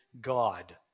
God